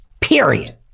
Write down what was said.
Period